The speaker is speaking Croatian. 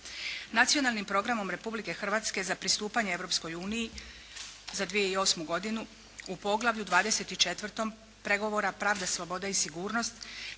Nacionalnim programom Republike Hrvatske za pristupanje Europskoj uniji za 2008. godinu u poglavlju 24. pregovora - Pravda, sloboda i sigurnost